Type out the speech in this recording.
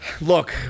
Look